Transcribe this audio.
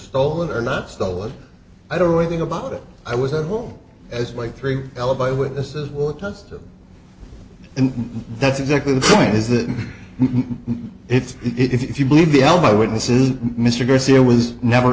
stolen or not stolen i don't know anything about it i was a whole as like three alibi witnesses were custom and that's exactly the point is that it's if you believe the alibi witnesses mr garcia was never